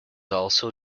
also